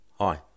hi